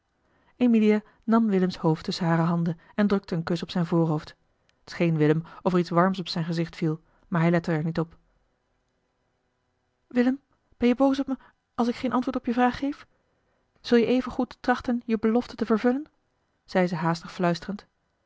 emilia nam willems hoofd tusschen hare handen en drukte een kus op zijn voorhoofd t scheen willem of er iets warms op zijn gezicht viel maar hij lette er niet op willem ben je boos op me als ik geen antwoord op je vraag geef zul je even goed trachten je belofte te vervullen zei ze haastig fluisterend